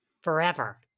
forever